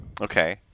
Okay